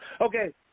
Okay